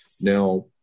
Now